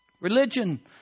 Religion